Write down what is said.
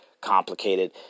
complicated